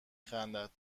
خندد